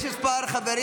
יש כמה חברים.